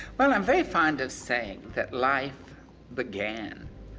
well, i'm very fond of saying, that life began.